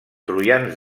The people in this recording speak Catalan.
troians